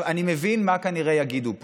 אני מבין מה כנראה יגידו פה.